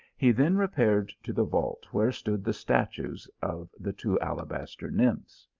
he then repaired to the vault where stood the statues of the two alabaster nymphs.